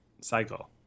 cycle